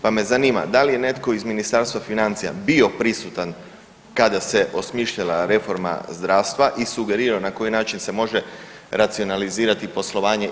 Pa me zanima da li je netko iz Ministarstva financija bio prisutan kada se osmišljala reforma zdravstva i sugerirao na koji način se može racionalizirati poslovanje.